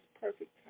perfect